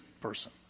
person